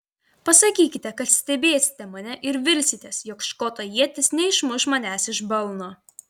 pasakykite kad stebėsite mane ir vilsitės jog škoto ietis neišmuš manęs iš balno